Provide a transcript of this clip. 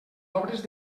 obres